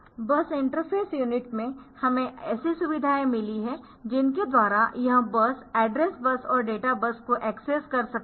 बस interface unit में हमें ऐसी सुविधाएँ मिली है जिनके द्वारा यह बस एड्रेस बस और डेटा बस को एक्सेस कर सकते है